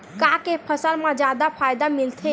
का के फसल मा जादा फ़ायदा मिलथे?